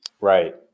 Right